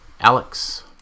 Alex